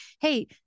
hey